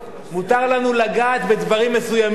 מותר לנו לגעת בדברים מסוימים,